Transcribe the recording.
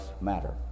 matter